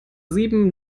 sieben